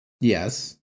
Yes